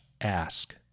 ask